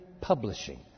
Publishing